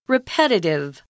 Repetitive